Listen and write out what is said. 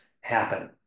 happen